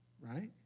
Right